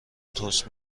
تست